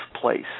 place